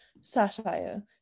satire